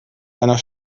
einer